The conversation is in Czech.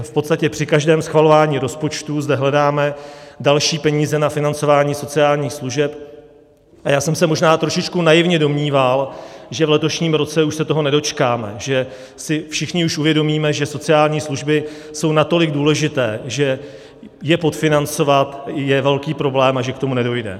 V podstatě při každém schvalování rozpočtu zde hledáme další peníze na financování sociálních služeb a já jsem se možná trošičku naivně domníval, že v letošním roce už se toho nedočkáme, že si všichni už uvědomíme, že sociální služby jsou natolik důležité, že je podfinancovat je velký problém, a že k tomu nedojde.